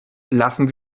lassen